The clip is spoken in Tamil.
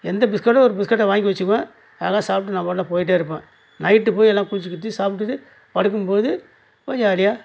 எந்த பிஸ்கெட்டோ ஒரு பிஸ்கெட்டை வாங்கி வச்சுக்குவேன் அதை சாப்பிட்டு நான் பாட்டு போயிட்டே இருப்பேன் நைட்டு போய் எல்லாம் குளித்து கிளித்து சாப்பிட்டுட்டு படுக்கும்போது ஜாலியாக